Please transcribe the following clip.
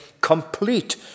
complete